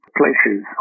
places